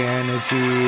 energy